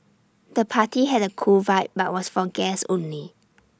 the party had A cool vibe but was for guests only